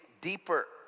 deeper